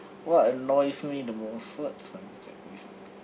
what annoys me the most what